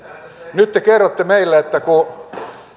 nyt te kerrotte meille että kun